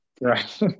Right